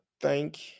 thank